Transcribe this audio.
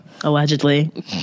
allegedly